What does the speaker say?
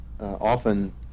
often